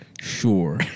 Sure